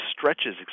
stretches